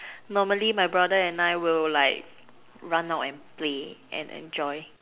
normally my brother and I will like run out and play and enjoy